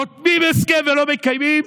חותמים הסכם ולא מקיימים?